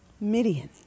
Midian